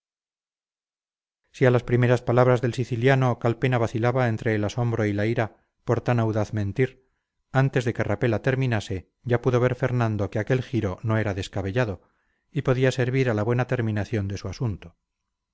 si a las primeras palabras del siciliano calpena vacilaba entre el asombro y la ira por tan audaz mentir antes de que rapella terminase ya pudo ver fernando que aquel giro no era descabellado y podía servir a la buena terminación de su asunto